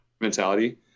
mentality